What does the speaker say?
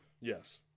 yes